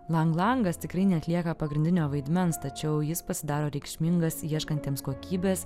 lang langas tikrai neatlieka pagrindinio vaidmens tačiau jis pasidaro reikšmingas ieškantiems kokybės